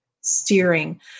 steering